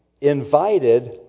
invited